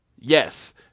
yes